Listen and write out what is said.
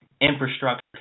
infrastructure